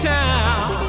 town